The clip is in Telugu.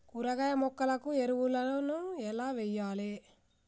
కూరగాయ మొక్కలకు ఎరువులను ఎలా వెయ్యాలే?